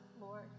Lord